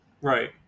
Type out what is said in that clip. Right